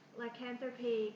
lycanthropy